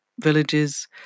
villages